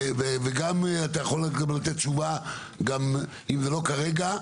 ואתה יכול לתת תשובה גם אם זה לא כרגע,